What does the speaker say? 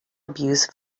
abuse